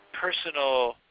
personal